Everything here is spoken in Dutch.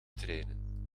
trainen